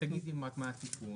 תגידי מה התיקון.